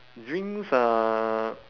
drinks are